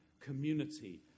community